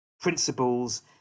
principles